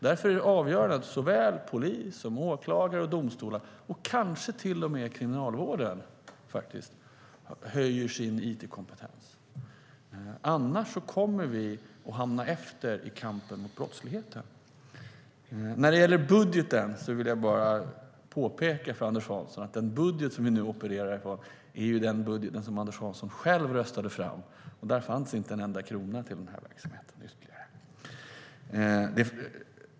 Därför är det avgörande att såväl polis som åklagare och domstolar och kanske till och med kriminalvården höjer sin it-kompetens. Annars kommer vi att halka efter i kampen mot brottsligheten. När det gäller budgeten vill jag påpeka för Anders Hansson att den budget vi nu opererar med är den han själv röstade fram. Där fanns inte en enda ytterligare krona till denna verksamhet.